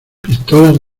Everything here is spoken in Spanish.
pistolas